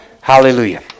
Hallelujah